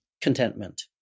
contentment